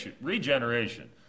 regeneration